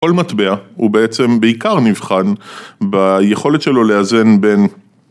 כל מטבע הוא בעצם בעיקר נבחן ביכולת שלו לאזן בין